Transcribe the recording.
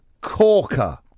corker